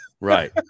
right